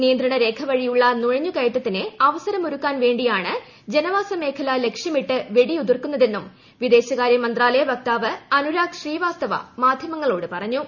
നിയന്ത്രണ്ടർഖവഴിയുള്ള നുഴഞ്ഞുകയറ്റത്തിന് അവസരമൊരുക്കാൻ പ്രേണ്ടിയാണ് ജനവാസമേഖല ലക്ഷ്യമിട്ട് വെടിയുതിർക്കുന്നതെന്നു് വിദേശമന്ത്രാലയ വക്താവ് അനുരാഗ് ശ്രീവാസ്തവ മാധ്യമങ്ങലോട് പറഞ്ഞു